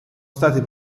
state